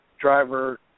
driver